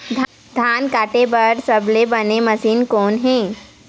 धान काटे बार सबले बने मशीन कोन हे?